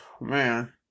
Man